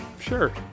sure